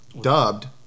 dubbed